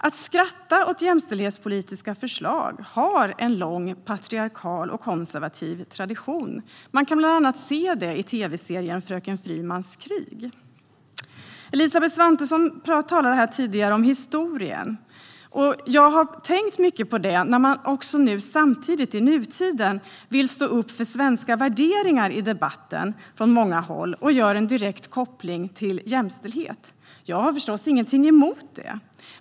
Att skratta åt jämställdhetspolitiska förslag har en lång patriarkal och konservativ tradition. Man kan se det bland annat i tv-serien Fröken Frimans krig . Elisabeth Svantesson talade här tidigare om historien. Jag har tänkt mycket på det när man samtidigt i nutid från många håll vill stå upp för svenska värderingar i debatten och gör en direkt koppling till jämställdhet. Jag har förstås ingenting emot det.